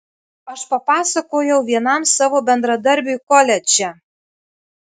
aš papasakojau vienam savo bendradarbiui koledže